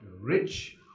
rich